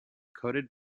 coated